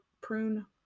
prune